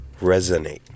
Resonate